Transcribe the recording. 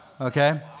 okay